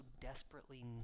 desperately